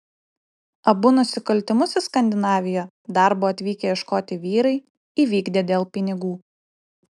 abu nusikaltimus į skandinaviją darbo atvykę ieškoti vyrai įvykdė dėl pinigų